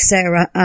Sarah